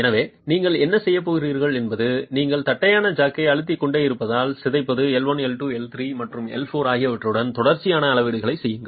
எனவே நீங்கள் என்ன செய்யப் போகிறீர்கள் என்பது நீங்கள் தட்டையான ஜாக்கை அழுத்திக் கொண்டே இருப்பதால் சிதைப்பது L 1 L2 L3 மற்றும் L4 ஆகியவற்றின் தொடர்ச்சியான அளவீடுகளைச் செய்யுங்கள்